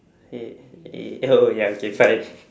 hey eh oh ya okay fine